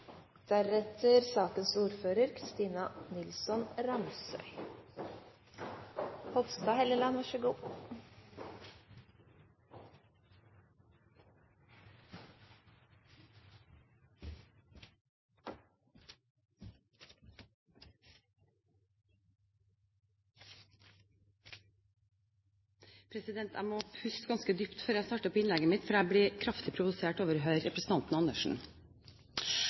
Jeg må puste ganske dypt før jeg starter på innlegget mitt, for jeg ble kraftig provosert over å høre representanten Andersen.